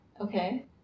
Okay